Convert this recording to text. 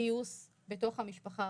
גיוס בתוך המשפחה,